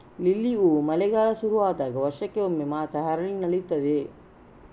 lily ಹೂ ಮಳೆಗಾಲ ಶುರು ಆದಾಗ ವರ್ಷಕ್ಕೆ ಒಮ್ಮೆ ಮಾತ್ರ ಅರಳಿ ನಲೀತದೆ